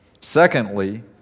Secondly